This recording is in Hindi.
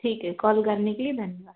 ठीक है कॉल करने के लिए धन्यवाद